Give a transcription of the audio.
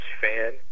fan